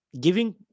giving